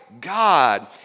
God